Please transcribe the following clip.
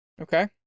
Okay